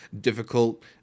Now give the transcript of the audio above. difficult